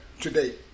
today